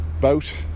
boat